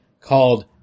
called